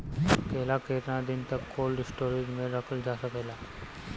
केला केतना दिन तक कोल्ड स्टोरेज में रखल जा सकेला?